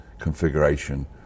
configuration